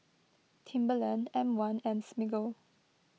Timberland M one and Smiggle